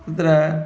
तत्र